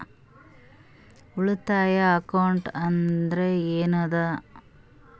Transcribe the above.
ಉಳಿತಾಯ ಅಕೌಂಟ್ ಅಂದ್ರೆ ಏನ್ ಅದ?